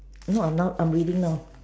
no I'm now I'm reading now